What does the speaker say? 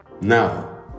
Now